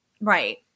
Right